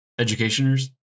educationers